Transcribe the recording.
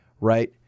right